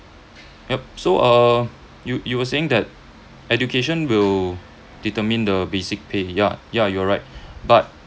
yup so uh you you were saying that education will determine the basic pay yeah yeah you're right but